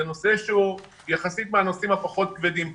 זה נושא שהוא יחסית מהנושאים הפחות כבדים כאן.